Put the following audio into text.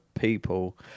people